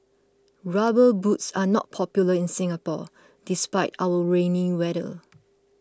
rubber boots are not popular in Singapore despite our rainy weather